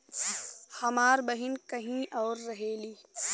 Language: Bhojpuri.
हमार बहिन कहीं और रहेली